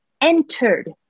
entered